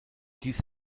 dies